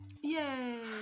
Yay